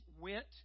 went